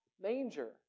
manger